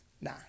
Nah